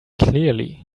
clearly